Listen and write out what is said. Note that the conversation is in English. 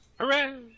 Hooray